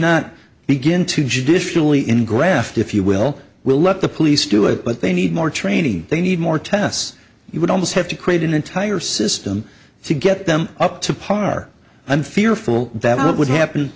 not begin to judicially engraft if you will we'll let the police do it but they need more training they need more tests you would almost have to create an entire system to get them up to par i'm fearful that what would happen